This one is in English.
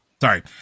Sorry